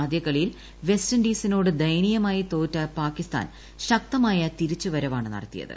ആദ്യകളിയിൽ വെസ്റ്റിൻഡീസിനോട് ദയനീയമായി തോറ്റ പാകിസ്ഥാൻ ശക്തമായ തിരിച്ചുവരവാണ് നടത്തിയത്